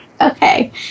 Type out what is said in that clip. Okay